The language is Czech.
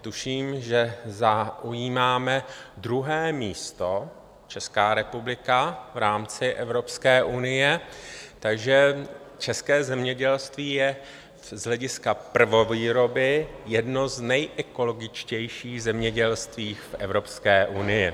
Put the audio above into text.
Tuším, že zaujímáme druhé místo, Česká republika, v rámci Evropské unie, takže české zemědělství je z hlediska prvovýroby jedno z nejekologičtějších zemědělství v Evropské unie.